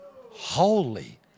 holy